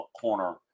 corner